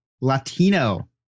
Latino